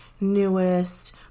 newest